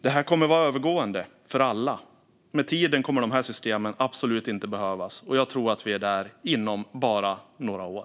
Detta kommer att vara övergående för alla. Med tiden kommer systemen absolut inte att behövas. Jag tror att vi är där inom bara några år.